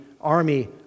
army